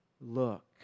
look